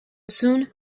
soon